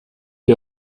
wie